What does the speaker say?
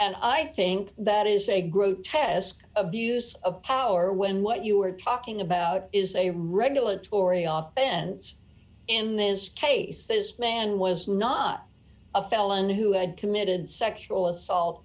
and i think that is a grotesque abuse of power when what you are talking about is a regulatory off in this case man was not a felon who had committed sexual assault